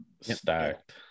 Stacked